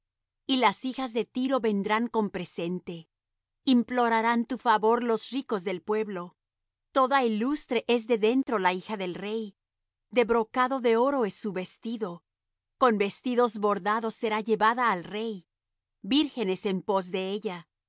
y las hijas de tiro vendrán con presente implorarán tu favor los ricos del pueblo toda ilustre es de dentro la hija del rey de brocado de oro es su vestido con vestidos bordados será llevada al rey vírgenes en pos de ella